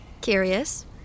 curious